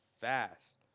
fast